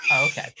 okay